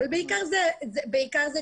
אבל בעיקר זאת תעשייה.